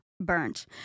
burnt